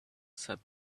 said